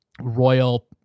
royal